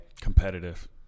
Competitive